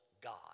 God